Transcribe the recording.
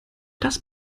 das